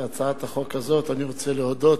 הצעת החוק הזאת אני רוצה להודות,